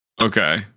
Okay